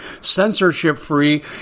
censorship-free